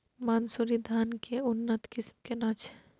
मानसुरी धान के उन्नत किस्म केना छै?